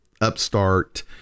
upstart